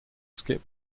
skip